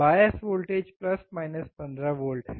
बायस voltage plus minus 15 volt है